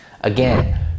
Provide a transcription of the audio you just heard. again